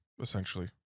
essentially